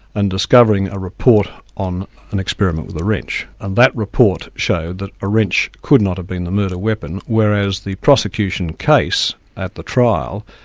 and discovering a report on an experiment with a wrench, and that report showed that a wrench could not have been the murder weapon, whereas the prosecution case at the trial,